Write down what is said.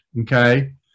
okay